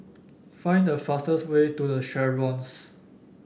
find the fastest way to The Chevrons